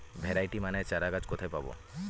Variety মানের চারাগাছ কোথায় পাবো?